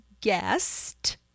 guest